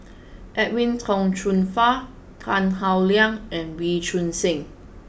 Edwin Tong Chun Fai Tan Howe Liang and Wee Choon Seng